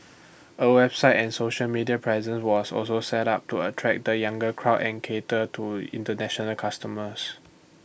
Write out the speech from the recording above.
A website and social media presence was also set up to attract the younger crowd and cater to International customers